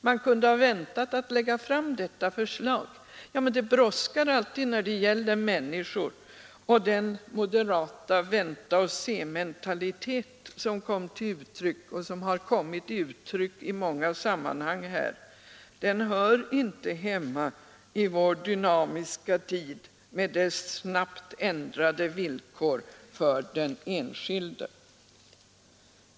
”Man kunde ha väntat med att lägga fram detta förslag.” Ja, men det brådskar alltid när det gäller människor, och den moderata vänta-och-sementalitet som kommer till uttryck och som kommit till uttryck i många sammanhang här hör inte hemma i vår dynamiska tid med dess snabbt ändrade villkor för den enskilde.